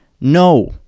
No